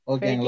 Okay